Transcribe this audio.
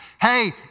Hey